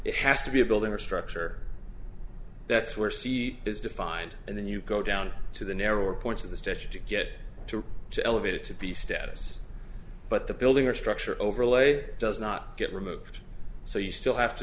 it has to be a building or structure that's where c is defined and then you go down to the narrower points of the statue to get to elevated to the status but the building or structure overlay does not get removed so you still have to